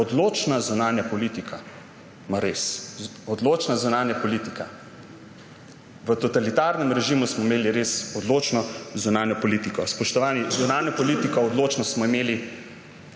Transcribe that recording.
odločna zunanja politika …« Mar res? Odločna zunanja politika? V totalitarnem režimu smo imeli res odločno zunanjo politiko. Spoštovani, odločno zunanjo politiko smo imeli